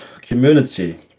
community